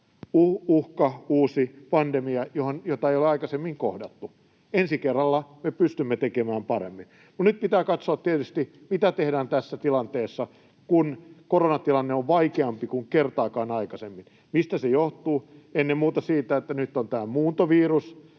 uhka, uusi pandemia, jota ei ole aikaisemmin kohdattu. Ensi kerralla me pystymme tekemään paremmin. Mutta nyt pitää katsoa tietysti, mitä tehdään tässä tilanteessa, kun koronatilanne on vaikeampi kuin kertaakaan aikaisemmin. Mistä se johtuu? Ennen muuta siitä, että nyt on tämä muuntovirus,